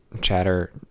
chatter